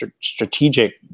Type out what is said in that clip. strategic